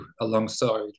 alongside